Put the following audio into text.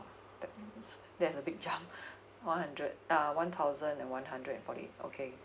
mm there's a big jump one hundred uh one thousand and one hundred forty eight okay